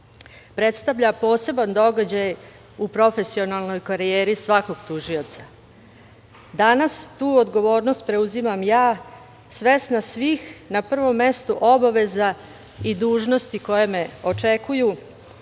predstavlja poseban događaj u profesionalnoj karijeri svakog tužioca. Danas tu odgovornost preuzimam ja, svesna svih na prvom mestu obaveza i dužnosti koje me očekuju,